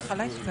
אני אחלק.